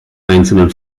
einzelnen